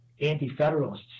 anti-federalists